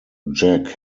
jack